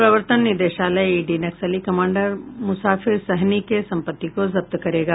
प्रवर्तन निदेशालय ईडी नक्सली कमांडर मुसाफिर सहनी के संपत्ति को जब्त करेगा